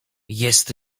jest